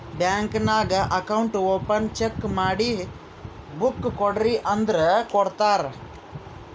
bank ನಾಗ್ account open check ಮಾಡಿ book ಕೊಡ್ರಿ ಅಂದುರ್ ಕೊಡ್ತಾರ್